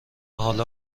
حالا